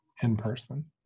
in-person